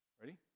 Ready